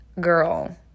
girl